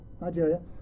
Nigeria